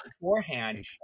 beforehand